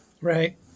Right